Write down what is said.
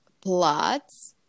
plots